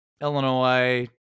Illinois